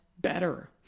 better